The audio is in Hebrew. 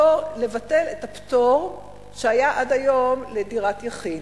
לבטל את הפטור שהיה עד היום לדירת יחיד.